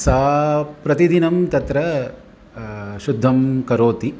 सा प्रतिदिनं तत्र शुद्धं करोति